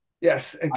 yes